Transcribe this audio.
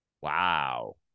Wow